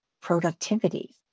productivity